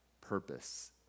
purpose